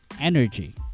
energy